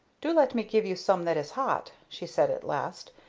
do let me give you some that is hot, she said at last,